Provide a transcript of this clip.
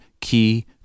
key